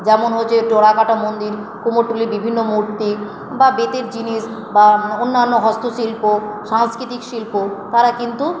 যেমন হচ্ছে টেরাকোটা মন্দির কুমোরটুলির বিভিন্ন মূর্তি বা বেতের জিনিস বা অন্যান্য হস্তশিল্প সাংস্কৃতিক শিল্প তারা কিন্তু